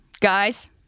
Guys